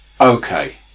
Okay